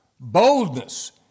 Boldness